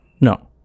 no